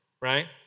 right